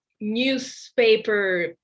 newspaper